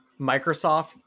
Microsoft